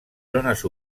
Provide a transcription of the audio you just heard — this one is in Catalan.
zones